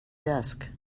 desk